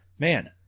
Man